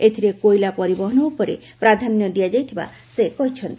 ଏଥିରେ କୋଇଲା ପରିବହନ ଉପରେ ପ୍ରାଧାନ୍ୟ ଦିଆଯାଇଥିବା ସେ କହିଛନ୍ତି